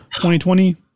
2020